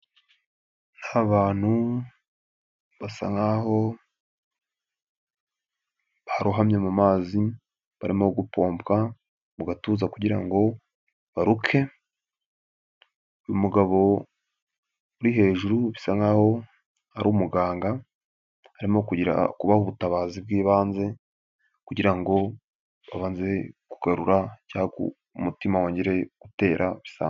Abantu basa nkaho barohamye mu mazi barimo gupomba mu gatuza kugira ngo baruke. Uyu mugabo uri hejuru bisa nkaho ari umuganga. Arimo kubaha ubutabazi bw'ibanze kugira ngo babanze kugarura cyangwa umutima wongereye gutera bisanzwe.